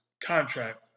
contract